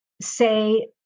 say